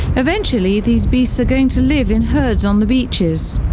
eventually, these beasts are going to live in herds on the beaches.